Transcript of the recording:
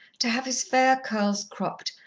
to have his fair curls cropped,